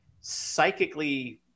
psychically